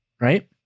right